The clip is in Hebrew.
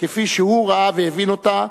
כפי שהוא ראה והבין אותן,